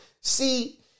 See